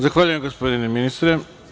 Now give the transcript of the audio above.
Zahvaljujem gospodine ministre.